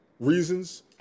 Reasons